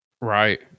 right